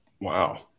Wow